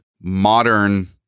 modern